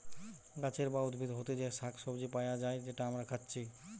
গাছের বা উদ্ভিদ হোতে যে শাক সবজি পায়া যায় যেটা আমরা খাচ্ছি